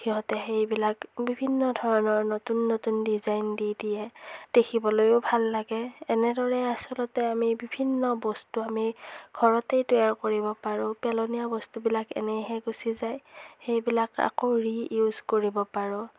সিহঁতে সেইবিলাক বিভিন্ন ধৰণৰ নতুন নতুন ডিজাইন দি দিয়ে দেখিবলৈয়ো ভাল লাগে এনেদৰে আচলতে আমি বিভিন্ন বস্তু আমি ঘৰতেই তৈয়াৰ কৰিব পাৰোঁ পেলনীয়া বস্তুবিলাক এনেইহে গুছি যায় সেইবিলাক আকৌ ৰিইউজ কৰিব পাৰোঁ